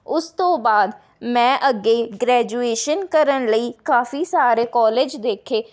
ਉਸ ਤੋਂ ਬਆਦ ਮੈਂ ਅੱਗੇ ਗ੍ਰੈਜੂਏਸ਼ਨ ਕਰਨ ਲਈ ਕਾਫੀ ਸਾਰੇ ਕੌਲੇਜ ਦੇਖੇ